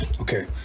okay